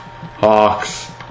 Hawks